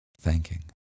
thanking